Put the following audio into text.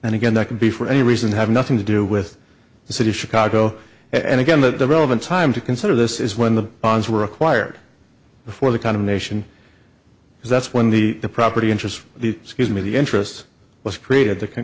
and again that could be for any reason have nothing to do with the city of chicago and again that the relevant time to consider this is when the bonds were acquired before the kind of nation because that's when the property interest the excuse me the interest was created the c